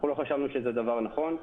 לא חשבנו שזה נכון.